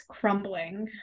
crumbling